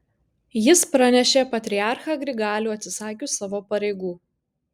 jis pranešė patriarchą grigalių atsisakius savo pareigų